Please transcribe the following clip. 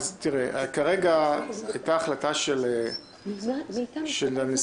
כרגע היתה החלטה של הנשיאות.